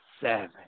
seven